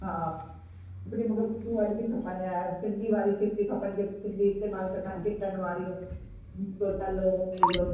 हा सिपरियूं मूंखे सिपरियूं वॾियूं ई खपनि ऐं सिंधी वारी सिपरी खपनि जेकी सिंधी इस्तेमालु कंदा आहिनि जिस्तनि वारियूं मोटो तलो उन जो